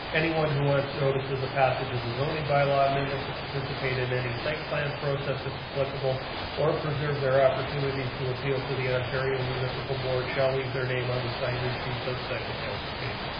anyone who wants notice of the passage of the zoning bylaw amendment to participate in any site plan process if applicable or preserve their opportunity to appeal to the ontario municipal board shall leave their name on the sign in sheets outside the council chamber.